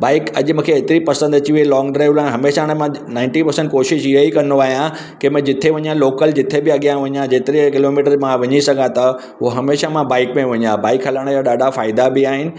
bike अॼु मूंखे एतिरी पसंदि अची वई लौंग ड्राइव लाइ हमेशह हाणे मां नाइंटी परसेंट कोशिशि ईअं ई कंदो आहियां की मां जिथे वञां लोकल जिथे बि अॻियां वञां जेतिरे किलोमीटर मां वञी सघां त उहो हमेशह मां बाइक में वञां बाइक हलाइण जा ॾाढा फ़ाइदा बि आहिनि